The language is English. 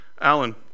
Alan